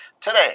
today